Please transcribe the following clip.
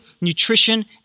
nutrition